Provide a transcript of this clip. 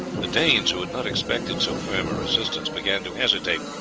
the danes, who had not expected so firm a resistance, began to hesitate,